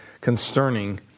concerning